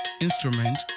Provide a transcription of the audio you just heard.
instrument